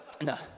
No